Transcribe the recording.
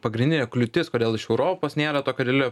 pagrindinė kliūtis kodėl iš europos nėra tokio didelio